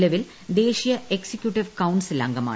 നിലവിൽ ദേശീയ executive council അംഗമാണ്